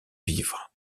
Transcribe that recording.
vivre